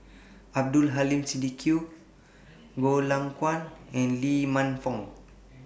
Abdul Aleem Siddique Goh Lay Kuan and Lee Man Fong